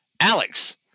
Alex